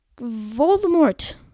Voldemort